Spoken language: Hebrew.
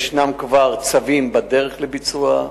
כבר יש צווים בדרך לביצוע,